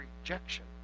rejection